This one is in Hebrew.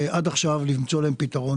עד עכשיו למצוא להם פתרון,